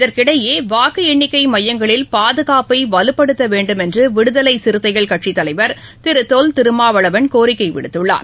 இதற்கிடையே வாக்கு எண்ணிக்கை மையங்களில் பாதுகாப்பை வலுப்படுத்த வேண்டும் என்று விடுதலை சிறுத்தைகள் கட்சியின் தலைவர் திரு தொல் திருமாவளவன் கோரிக்கை விடுக்குள்ளார்